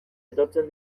etortzen